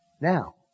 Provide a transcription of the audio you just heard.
Now